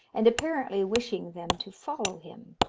and apparently wishing them to follow him.